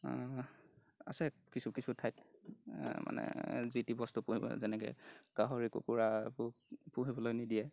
আছে কিছু কিছু ঠাইত মানে যি টি বস্তু পুহিব যেনেকৈ গাহৰি কুকুৰা এইবোৰ পুহিবলৈ নিদিয়ে